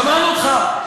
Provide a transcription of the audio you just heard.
שמענו אותך.